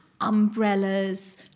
umbrellas